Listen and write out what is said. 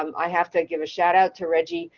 um i have to give a shout out to reggie.